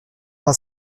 pas